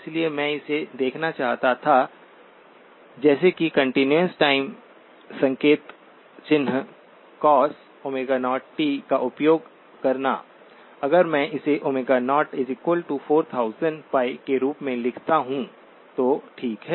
इसलिए मैं इसे देखना चाहता था जैसे कि कंटीन्यूअस टाइम संकेत चिह्न कॉस cos का उपयोग करना अगर मैं इसे 04000π के रूप में लिखता हूं तो ठीक है